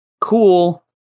cool